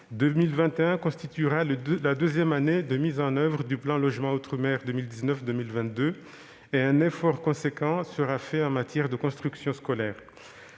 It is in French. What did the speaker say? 2021 constituera la deuxième année de mise en oeuvre du plan Logement outre-mer 2019-2022. Un effort important sera fait en matière de construction d'écoles.